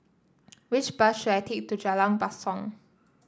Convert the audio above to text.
which bus should I take to Jalan Basong